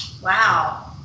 Wow